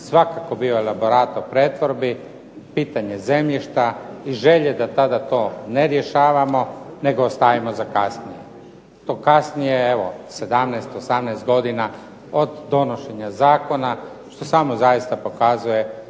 svakako bio elaborat o pretvorbi, pitanje zemljišta i želje da to tada ne rješavamo nego ostavimo za kasnije. To kasnije 17, 18 godina od donošenja Zakona što samo zaista pokazuje da se